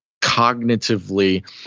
cognitively